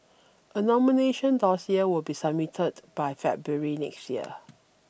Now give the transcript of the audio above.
a nomination dossier will be submitted by February next year